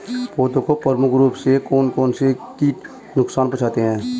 पौधों को प्रमुख रूप से कौन कौन से कीट नुकसान पहुंचाते हैं?